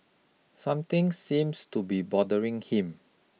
something seems to be bothering him